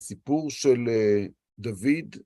סיפור של דוד.